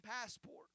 passport